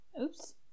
Oops